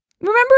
remember